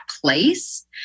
place